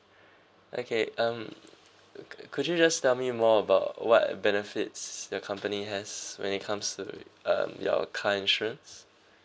okay um could you just tell me more about what benefits your company has when it comes to the um your car insurance